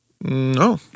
No